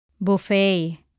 buffet